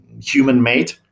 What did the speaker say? human-made